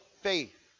faith